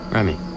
Remy